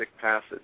passage